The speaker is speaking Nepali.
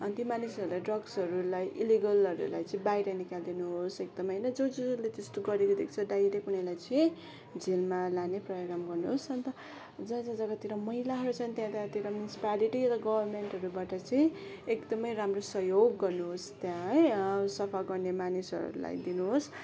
अनि ती मानिसहरूलाई ड्रग्सहरूलाई इल्लिगलहरूलाई चाहिँ बाहिर निकालिदिनुहोस् एकदम होइन जो जो ले त्यस्तो गरेको देख्छ डाइरेक्ट उनीहरूलाई चाहिँ जेलमा लाने प्रोग्राम गर्नुहोस् अन्त जा जा जग्गातिर मैलाहरू छन् त्यतातिर म्युनिसिपालिटी र गभर्मेन्टहरूबाट चाहिँ एकदमै राम्रो सहयोग गर्नुहोस् त्यहाँ है सफा गर्ने मानिसहरूलाई दिनुहोस्